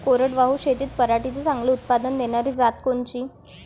कोरडवाहू शेतीत पराटीचं चांगलं उत्पादन देनारी जात कोनची?